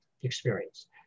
experience